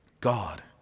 God